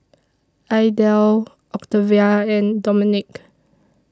Idell Octavia and Dominik